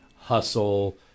hustle